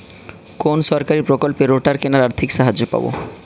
কোন সরকারী প্রকল্পে রোটার কেনার আর্থিক সাহায্য পাব?